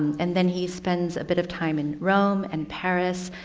and then he spends a bit of time in rome and paris.